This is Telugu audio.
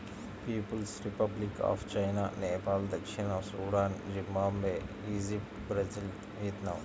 peoples Republic of China, Nepal దక్షిణ Sudan, Zimbabwe, Egypt, Brazil, Vietnam